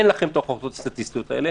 אין לכם ההוכחות האלה.